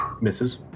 Misses